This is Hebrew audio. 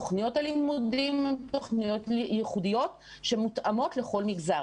תוכניות הלימודים הן תוכניות ייחודיות שמותאמות לכל מגזר.